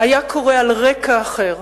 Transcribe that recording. היה קורה על רקע אחר,